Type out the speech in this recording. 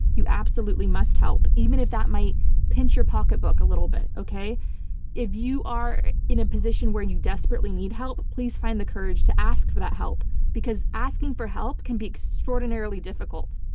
you absolutely must help even if that might pinch your pocketbook a little bit. if you are in a position where you desperately need help, please find the courage to ask for that help because asking for help can be extraordinarily difficult.